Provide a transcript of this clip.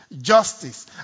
justice